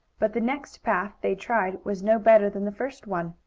but the next path they tried was no better than the first one.